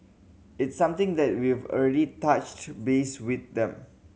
it's something that we've already touched base with them